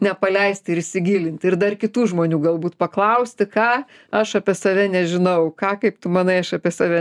nepaleisti ir įsigilinti ir dar kitų žmonių galbūt paklausti ką aš apie save nežinau ką kaip tu manai aš apie save